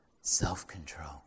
self-control